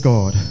God